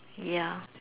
ya